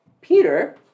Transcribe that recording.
Peter